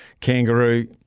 kangaroo